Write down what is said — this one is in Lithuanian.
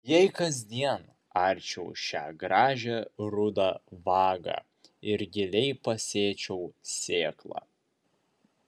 jei kasdien arčiau šią gražią rudą vagą ir giliai pasėčiau sėklą